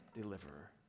deliverer